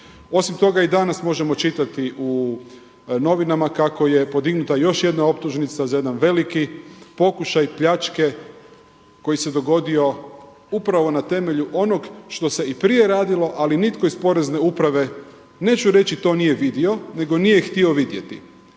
Osim toga i danas možemo čitati u novinama kako je podignuta još jedna optužnica za jedan veliki pokušaj pljačke koji se dogodio upravo na temelju onog što se i prije radilo, ali nitko iz porezne uprave neću reći to nije vidio nego nije htio vidjeti.